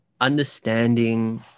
understanding